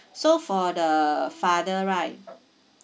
so for the father right